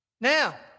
Now